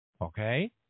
Okay